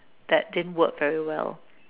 that didn't work very well